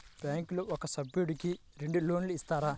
బ్యాంకులో ఒక సభ్యుడకు రెండు లోన్లు ఇస్తారా?